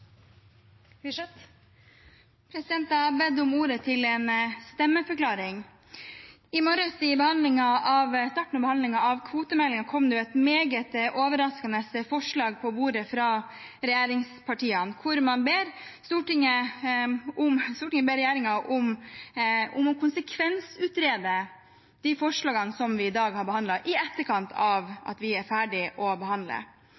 Jeg har bedt om ordet til en stemmeforklaring. I morges, i starten av behandlingen av kvotemeldingen, kom det et meget overraskende forslag på bordet fra regjeringspartiene, hvor Stortinget ber regjeringen om å konsekvensutrede de forslagene vi i dag har behandlet, i etterkant av at vi er ferdig med å behandle